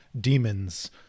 demons